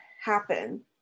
happen